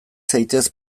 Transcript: zaitez